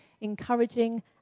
encouraging